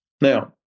Now